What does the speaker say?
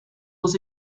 dos